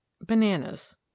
BANANAS